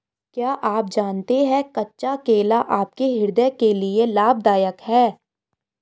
क्या आप जानते है कच्चा केला आपके हृदय के लिए लाभदायक है?